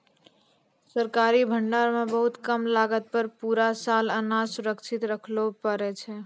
सरकारी भंडार मॅ बहुत कम लागत पर पूरा साल अनाज सुरक्षित रक्खैलॅ पारै छीं